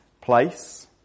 place